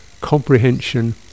comprehension